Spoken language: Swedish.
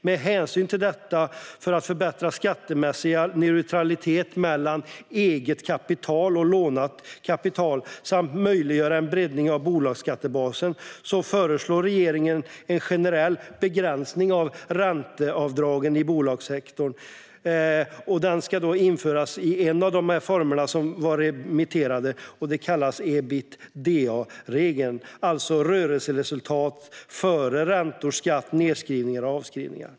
Med hänsyn till detta och för att förbättra den skattemässiga neutraliteten mellan eget kapital och lånat kapital samt för att möjliggöra en breddning av bolagsskattebasen föreslår regeringen en generell begränsning av ränteavdragen i bolagssektorn. Det ska införas i en av de former som var remitterade. Det kallas ebitdaregeln. Det är rörelseresultat före räntor, skatt, nedskrivningar och avskrivningar.